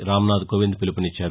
రామ్నాథ్ కోవింద్ పిలుపునిచ్చారు